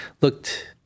looked